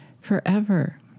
forever